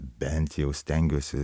bent jau stengiuosi